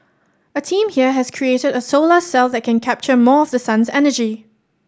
a team here has created a solar cell that can capture more of the sun's energy